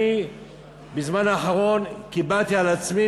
אני בזמן האחרון קיבלתי על עצמי,